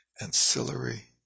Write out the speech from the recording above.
ancillary